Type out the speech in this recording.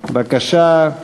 בבקשה,